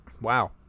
Wow